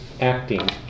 acting